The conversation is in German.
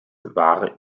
war